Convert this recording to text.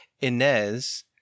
Inez